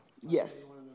Yes